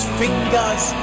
fingers